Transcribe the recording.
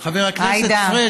חבר הכנסת פריג'.